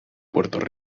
puerto